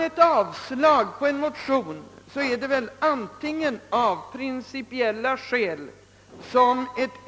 Om man avstyrker en motion gör man väl detta antingen av principiella eller av ekonomiska skäl.